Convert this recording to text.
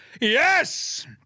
Yes